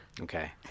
Okay